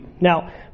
Now